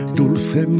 dulce